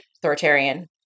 authoritarian